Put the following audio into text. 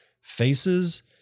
faces